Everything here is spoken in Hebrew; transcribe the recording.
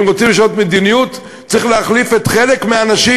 אם רוצים לשנות מדיניות, צריך להחליף חלק מהאנשים.